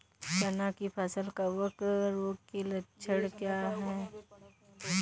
चना की फसल कवक रोग के लक्षण क्या है?